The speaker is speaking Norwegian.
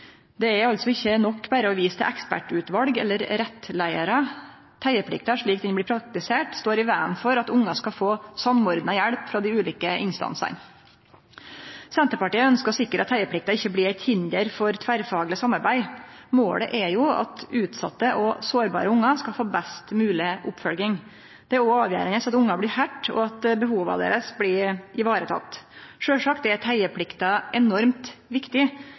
Det er altså ikkje nok berre å vise til ekspertutval eller rettleiarar. Teieplikta, slik ho blir praktisert, står i vegen for at ungar skal få samordna hjelp frå dei ulike instansane. Senterpartiet ønskjer å sikre at teieplikta ikkje blir eit hinder for tverrfagleg samarbeid. Målet er jo at utsette og sårbare ungar skal få best mogleg oppfølging. Det er òg avgjerande at ungar blir høyrde, og at behova deira blir varetekne. Sjølvsagt er teieplikta enormt viktig,